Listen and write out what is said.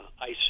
ice